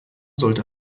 sollte